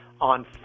on